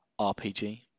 RPG